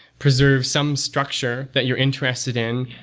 preserve some structure that you're interested in,